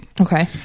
Okay